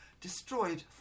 destroyed